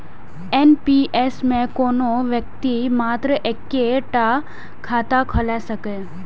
NPS मे कोनो व्यक्ति मात्र एक्के टा खाता खोलाए सकैए